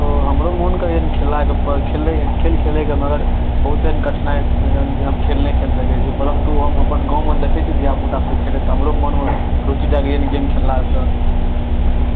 ओ हमरो मन करैया खेलाइके पर खेलाइके पर खेल खेलेके मगर बहुतेक कठिनाइ अछि जे हम खेल नहि खेल सकैत छी परन्तु हम अपन गावँमे देखैत छियै धिआ पुता सबके खेलैत तऽ हमरो मन रुचि जागि गेल गेन्द खेलनाइसँ